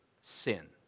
sin